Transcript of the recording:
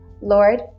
Lord